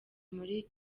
muri